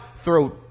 throw